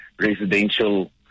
residential